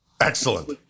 Excellent